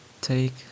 take